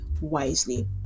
wisely